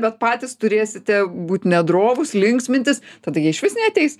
bet patys turėsite būt ne drovūs linksmintis tada jie išvis neateis